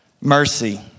mercy